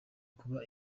kuba